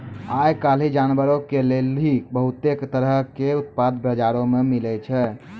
आइ काल्हि जानवरो के लेली बहुते तरहो के उत्पाद बजारो मे मिलै छै